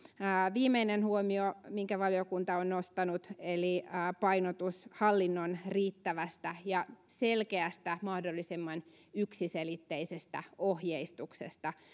viimeinen huomio minkä valiokunta on nostanut eli painotus hallinnon riittävästä ja selkeästä mahdollisimman yksiselitteisestä ohjeistuksesta